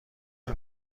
این